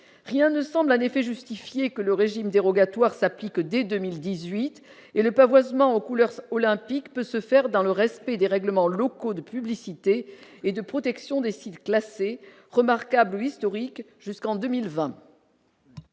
rien ne semble un effet justifier que le régime dérogatoire s'appliquent dès 2018 et le pavoisement aux couleurs olympiques peut se faire dans le respect des règlements locaux de publicité et de protection des sites classés remarquables historique jusqu'en 2020.